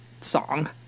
song